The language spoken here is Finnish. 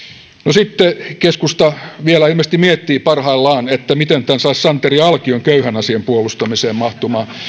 sitten keskusta vielä ilmeisesti miettii parhaillaan miten tämän saisi santeri alkion köyhän asian puolustamiseen mahtumaan